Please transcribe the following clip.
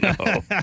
no